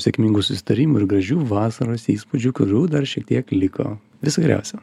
sėkmingų susitarimų ir gražių vasaros įspūdžių kurių dar šiek tiek liko viso geriausio